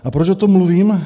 A proč o tom mluvím?